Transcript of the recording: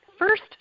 First